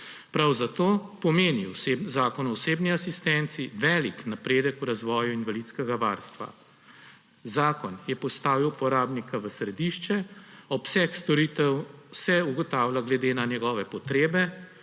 Prav zato pomeni Zakon o osebni asistenci velik napredek v razvoju invalidskega varstva. Zakon je postavil uporabnika v središče, obseg storitev se ugotavlja glede na njegove potrebe,